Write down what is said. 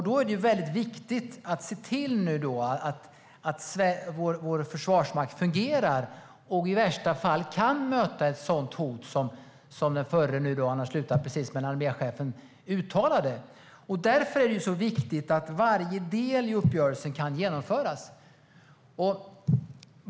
Då är det viktigt att se till att vår försvarsmakt fungerar och i värsta fall kan möta ett sådant hot som den förre arméchefen - han har precis slutat - talade om. Därför är det viktigt att varje del i uppgörelsen kan genomföras.